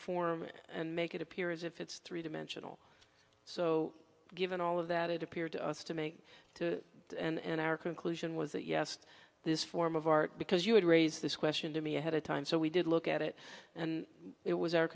form and make it appear as if it's three dimensional so given all of that it appeared to us to make to it and our conclusion was that you asked this form of art because you would raise this question to me ahead of time so we did look at it and it was our